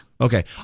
Okay